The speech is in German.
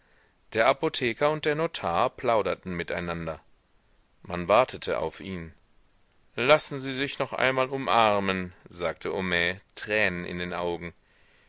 der apotheker und der notar plauderten miteinander man wartete auf ihn lassen sie sich noch einmal umarmen sagte homais tränen in den augen